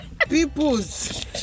Peoples